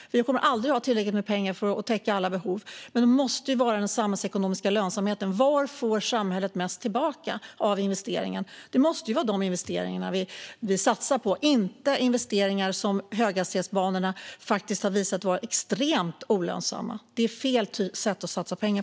Vi kommer aldrig att ha tillräckligt med pengar för att täcka alla behov. Men det måste handla om den samhällsekonomiska lönsamheten och var samhället får mest tillbaka av investeringen. Det måste vara de investeringarna vi satsar på, inte investeringar som höghastighetsbanorna, som visat sig vara extremt olönsamma. Det är fel sätt att satsa pengar.